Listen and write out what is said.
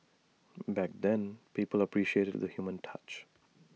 back then people appreciated the human touch